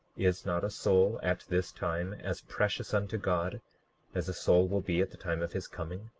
is not a soul at this time as precious unto god as a soul will be at the time of his coming?